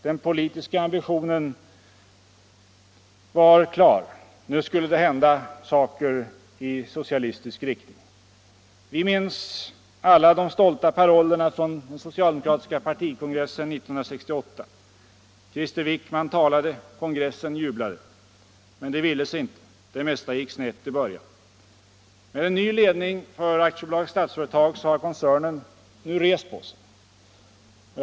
Den politiska ambitionen var klar. Nu skulle det hända saker i socialistisk riktning. Vi minns alla de stolta parollerna från den socialdemokratiska partikongressen 1968. Krister Wickman talade. Kongressen jublade. Men det ville sig inte. Det mesta gick snett i början. Med en ny ledning för AB Statsföretag har koncernen nu rest på sig.